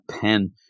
pen